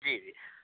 जी जी जी